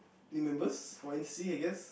new members for N_C_C I guess